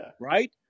right